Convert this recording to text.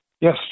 Yes